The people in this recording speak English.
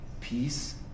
peace